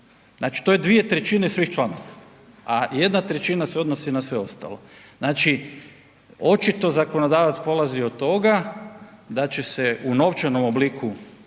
Znači to je 2/3 svih članaka, a 1/3 se odnosi na sve ostalo, znači očito zakonodavac polazi od toga da će se u novčanom obliku